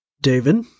David